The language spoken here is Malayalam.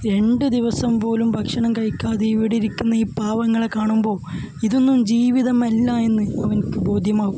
രണ്ട് ദിവസം പോലും ഭക്ഷണം കഴിക്കാതെ ഇവിടിരിക്കുന്ന ഈ പാവങ്ങളെ കാണുമ്പോൾ ഇതൊന്നും ജീവിതമല്ലാ എന്നു നിങ്ങൾക്ക് ബോദ്ധ്യമാകും